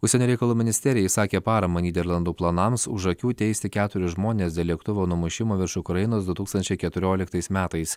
užsienio reikalų ministerija išsakė paramą nyderlandų planams už akių teisti keturis žmones dėl lėktuvo numušimo virš ukrainos du tūkstančiai keturioliktais metais